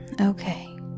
Okay